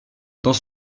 dans